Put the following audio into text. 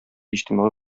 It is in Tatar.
иҗтимагый